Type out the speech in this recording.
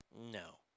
No